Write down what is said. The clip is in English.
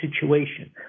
situation